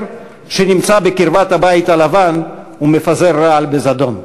שנמצא בקרבת הבית הלבן ומפזר רעל בזדון.